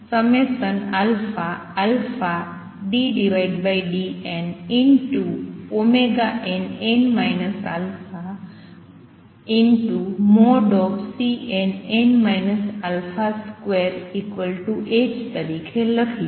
તેથી હું આ 2πmddnnn α|Cnn α |2h તરીકે લખીશ